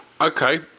Okay